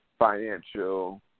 financial